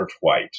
white